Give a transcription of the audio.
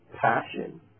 passion